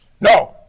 No